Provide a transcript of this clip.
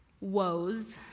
woes